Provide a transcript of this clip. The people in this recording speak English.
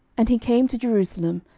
and he came to jerusalem,